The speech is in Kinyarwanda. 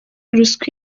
ruswa